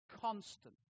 Constant